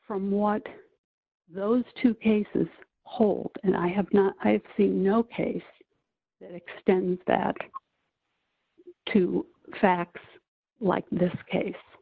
from what those two cases hold and i have not i see no case extend that to facts like this case